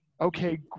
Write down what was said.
Okay